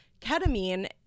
ketamine